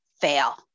fail